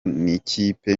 n’ikipe